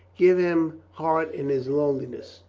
give him heart in his loneliness.